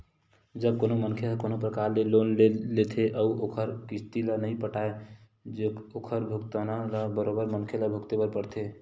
जब कोनो मनखे ह कोनो परकार के लोन ले लेथे अउ ओखर जउन किस्ती ल नइ पटाय ओखर भुगतना ल बरोबर मनखे ल भुगते बर परथे